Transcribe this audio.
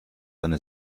eine